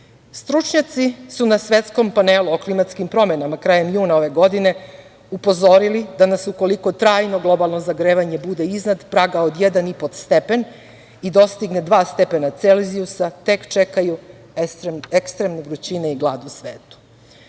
čoveka. Stručnjaci su na svetskom panelu o klimatskim promenama krajem juna ove godine upozori da nas ukoliko trajno globalno zagrevanje bude iznad praga od 1,5 stepena i dostigne 2 stepena Celzijusa, tek čekaju ekstremne vrućine i glad u svetu. Zato